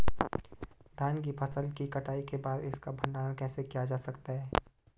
धान की फसल की कटाई के बाद इसका भंडारण कैसे किया जा सकता है?